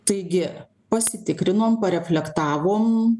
taigi pasitikrinom reflektavom